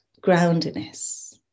groundiness